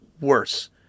worse